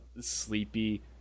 sleepy